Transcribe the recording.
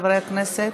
חברי הכנסת.